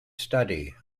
study